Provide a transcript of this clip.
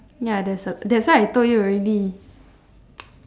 ya that's uh that's why I told you already